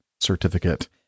certificate